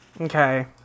Okay